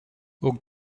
ook